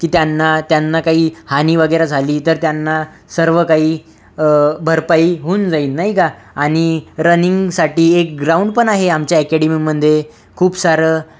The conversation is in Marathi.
की त्यांना त्यांना काही हानी वगैरे झाली तर त्यांना सर्व काही भरपाई होऊन जाईन नाही का आणि रनिंगसाठी एक ग्राउंड पण आहे आमच्या अकॅडमीमध्ये खूप सारं